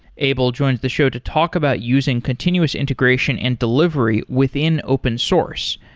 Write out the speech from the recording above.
abel joins the show to talk about using continuous integration and delivery within open source,